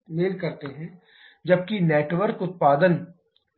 Wnettharea 1 2 3 4 1 जबकि network उत्पादन